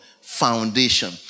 Foundation